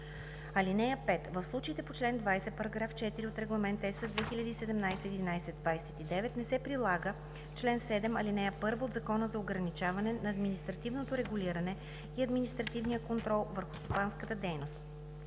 (5) В случаите по чл. 20, параграф 4 от Регламент (ЕС) 2017/1129 не се прилага чл. 7, ал. 1 от Закона за ограничаване на административното регулиране и административния контрол върху стопанската дейност.